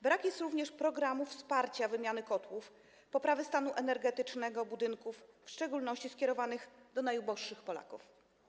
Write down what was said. Brak jest również programów wsparcia wymiany kotłów i poprawy stanu energetycznego budynków, w szczególności skierowanych do najuboższych Polaków.